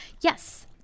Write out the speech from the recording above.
Yes